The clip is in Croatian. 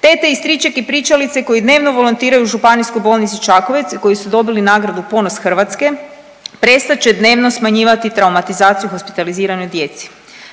Tete i stričeki pričalice koji dnevno volontiraju u Županijskoj bolnici Čakovec i koji su dobili nagradu „Ponos Hrvatske“ prestat će dnevno smanjivati traumatizaciju hospitaliziranoj djeci.